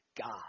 God